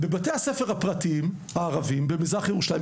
בבתי הספר הערביים הפרטיים במזרח ירושלים,